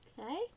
Okay